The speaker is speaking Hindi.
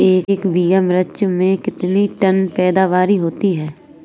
एक बीघा मिर्च में कितने टन पैदावार होती है?